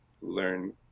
learn